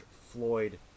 Floyd